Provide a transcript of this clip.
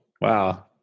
Wow